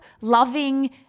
loving